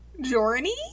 Journey